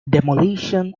demolition